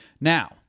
Now